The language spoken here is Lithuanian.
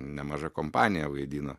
nemaža kompanija vaidina